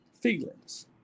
feelings